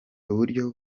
uburyo